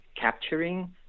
capturing